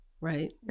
right